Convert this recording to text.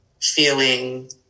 feeling